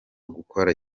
gukora